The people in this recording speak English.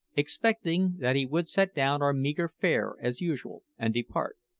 expecting that he would set down our meagre fare as usual and depart.